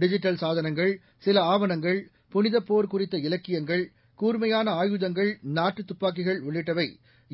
digital சாதனங்கள் சில ஆவணங்கள் புனிதப் போர் குறித்த இலக்கியங்கள் கூர்மையான ஆயுதங்கள் நாட்டு துப்பாக்கிகள் உள்ளிட்டவை